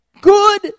Good